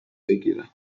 بگیرم